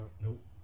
Nope